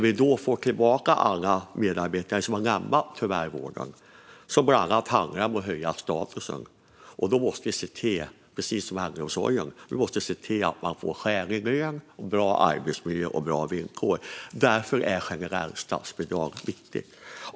Om vi ska få tillbaka alla medarbetare som tyvärr har lämnat vården handlar det bland annat om att höja statusen. Då måste vi se till, precis som när det gäller äldreomsorgen, att man får skälig lön, bra arbetsmiljö och bra villkor. Därför är generella statsbidrag viktiga.